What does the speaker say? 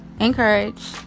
encourage